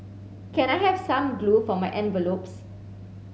can I have some glue for my envelopes